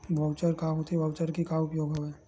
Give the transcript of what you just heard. Voucher का होथे voucher के का उपयोग हवय?